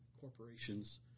corporations